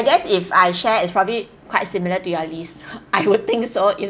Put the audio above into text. guess if I share it's probably quite similar to your list I would think so if